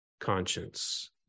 conscience